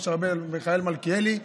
משה ארבל ומיכאל מלכיאלי,